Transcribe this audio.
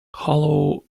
hollow